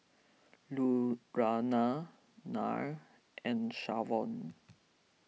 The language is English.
Lurana Nya and Shavon